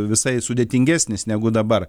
visai sudėtingesnis negu dabar